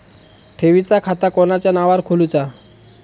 ठेवीचा खाता कोणाच्या नावार खोलूचा?